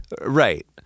Right